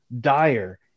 dire